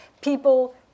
People